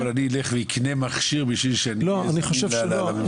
אני אלך ואקנה מכשיר בשביל טפסים של הממשלה?